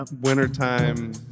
wintertime